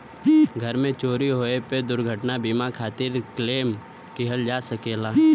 घर में चोरी होये पे दुर्घटना बीमा खातिर क्लेम किहल जा सकला